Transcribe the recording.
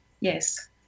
yes